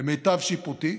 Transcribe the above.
למיטב שיפוטי,